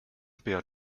père